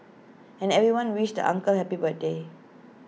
and everyone wished the uncle happy birthday